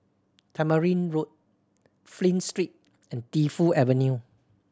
Tamarind Road Flint Street and Defu Avenue